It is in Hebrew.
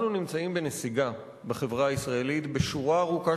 אנחנו נמצאים בנסיגה בחברה הישראלית בשורה ארוכה